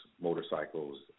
motorcycles